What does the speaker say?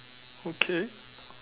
okay